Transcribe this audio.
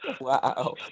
Wow